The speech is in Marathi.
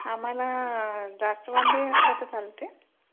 आम्हाला जास्वंद ही असला तर चालते